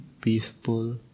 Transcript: peaceful